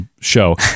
show